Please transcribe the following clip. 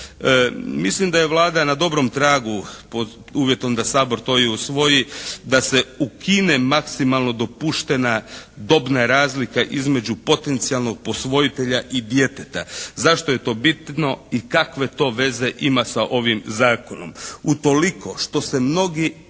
Mislim da je Vlada na dobrom tragu pod uvjetom da Sabor to i usvoji, da se ukine maksimalno dopuštena dobra razlika između potencijalnog posvojitelja i djeteta. Zašto je to bitno i kakve to veze ima sa ovim Zakonom?